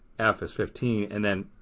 f is fifteen and then.